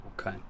okay